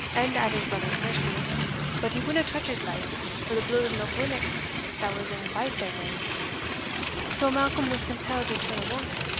and at his brother's mercy but he wadna touch his life, for the blood of knockwinnock that was in baith their veins so malcolm was compelled to turn a monk,